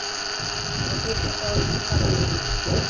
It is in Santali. ᱨᱚᱠᱮᱴ ᱠᱚᱠᱚ ᱩᱰᱩᱝ ᱠᱟᱫᱟ